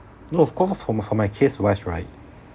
no for cause for my for my case wise right